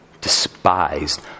despised